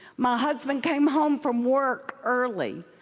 my husband came home from work early.